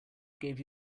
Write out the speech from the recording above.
gave